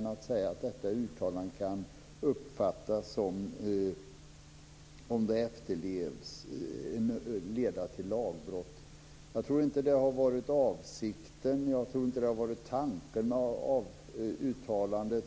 Man säger att detta uttalande kan leda till lagbrott om det efterlevs. Jag tror inte att det har varit avsikten eller tanken med uttalandet.